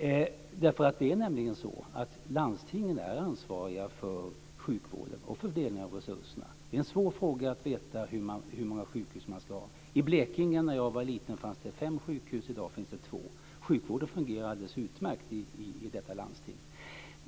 Det är så att landstingen är ansvariga för sjukvården och fördelningen av resurser. Det är en svår fråga att veta hur många sjukhus man ska ha. I Blekinge fanns det när jag var liten fem sjukhus. I dag finns det två. Sjukvården fungerar alldeles utmärkt i detta landsting.